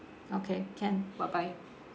okay can bye bye